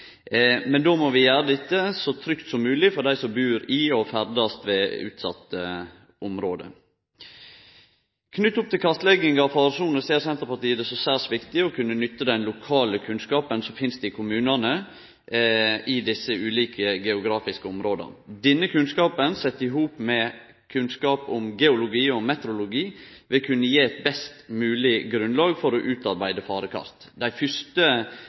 Men då må vi gjere dette så trygt som mogleg for dei som bur i og ferdast ved utsette område. Knytt opp til kartlegging av faresoner ser Senterpartiet det som særs viktig å kunne nytte den lokale kunnskapen som finst i kommunane i desse ulike geografiske områda. Denne kunnskapen, sett i hop med kunnskap om geologi og meteorologi, vil kunne gje eit best mogleg grunnlag for å utarbeide farekart. Dei fyrste